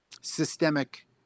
systemic